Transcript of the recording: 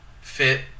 fit